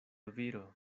viro